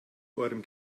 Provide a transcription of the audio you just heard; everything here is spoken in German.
eurem